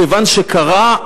כיוון שכרע,